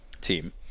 team